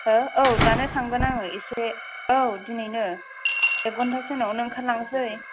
हाह आव दानो थांगोन आङो एसे आव दिनैनो एक घन्टासो उनावनो आंखारलांसै